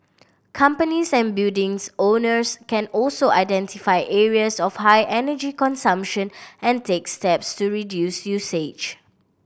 companies and buildings owners can also identify areas of high energy consumption and take steps to reduce usage